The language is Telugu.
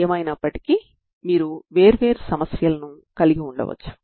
దీనిని మనం నేరుగా చూపించలేము